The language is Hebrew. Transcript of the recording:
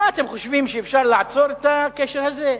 מה, אתם חושבים שאפשר לעצור את הקשר הזה?